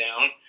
down